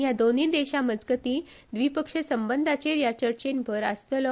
ह्या दोनुय देशामजगती व्दिपक्षीय संबंदांचेर ह्या चर्चेत भर आसतलो